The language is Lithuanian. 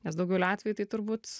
nes daugeliu atvejų tai turbūt